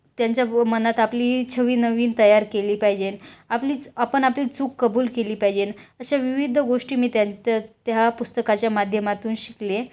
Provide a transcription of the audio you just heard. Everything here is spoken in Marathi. त्यांच्या मनात आपली छबी नवीन तयार केली पाहिजे आपलीच आपण आपली चूक कबूल केली पाहिजे अशा विविध गोष्टी मी त्यात त्यात त्या पुस्तकाच्या माध्यमातून शिकले